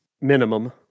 Minimum